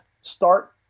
start